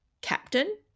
captain